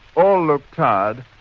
all look tired.